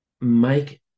make